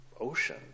ocean